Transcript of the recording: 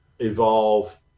evolve